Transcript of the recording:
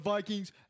Vikings